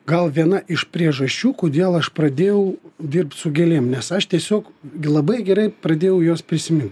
gal viena iš priežasčių kodėl aš pradėjau dirbt su gėlėm nes aš tiesiog gi labai gerai pradėjau juos prisimint